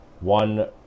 one